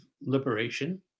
liberation